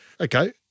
Okay